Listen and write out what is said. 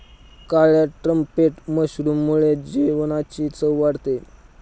काळ्या ट्रम्पेट मशरूममुळे जेवणाची चव वाढते